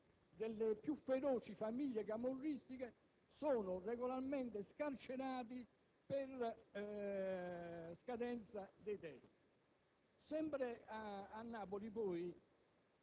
sanguinari esponenti delle più feroci famiglie camorriste sono regolarmente scarcerati per decorrenza dei termini.